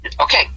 Okay